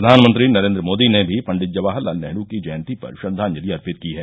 प्रधानमंत्री नरेन्द्रमोदी ने भी पंडित जवाहर लाल नेहरू की जयंती पर श्रद्वांजलि अर्पित की है